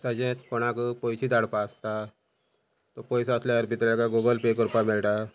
तशें कोणाक पयशे धाडपा आसता तो पयसो आसल्यार भितर आतां गुगल पे करपा मेळटा